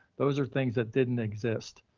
those are things that didn't exist.